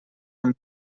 amb